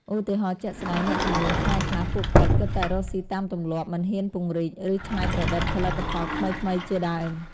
ឧទាហរណ៍ជាក់ស្តែង អ្នកជំនួញខ្មែរខ្លះ ពួកគាត់គិតតែរកស៊ីតាមទម្លាប់ មិនហ៊ានពង្រីក ឬច្នៃប្រឌិតផលិតផលថ្មីៗជាដើម។